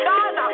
God